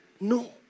No